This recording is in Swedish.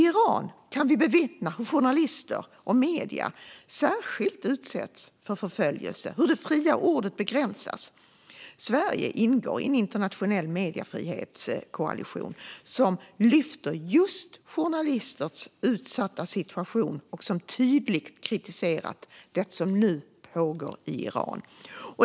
Vi har kunnat bevittna hur särskilt journalister och medier i Iran utsätts för förföljelse och hur det fria ordet begränsas. Sverige ingår i en internationell mediefrihetskoalition som lyfter just journalisters utsatta situation och som tydligt kritiserat det som nu pågår i Iran.